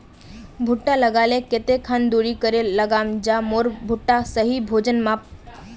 भुट्टा लगा ले कते खान दूरी करे लगाम ज मोर भुट्टा सही भोजन पाम?